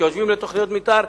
כשיושבים על תוכניות המיתאר,